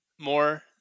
more